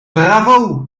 bravo